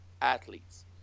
athletes